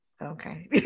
Okay